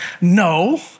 no